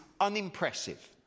unimpressive